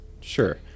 Sure